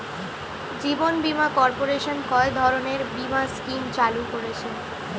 জীবন বীমা কর্পোরেশন কয় ধরনের বীমা স্কিম চালু করেছে?